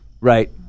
Right